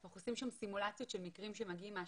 אנחנו עושים שם סימולציות של מקרים שמגיעים מהשטח,